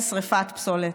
שרפת פסולת.